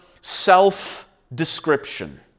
self-description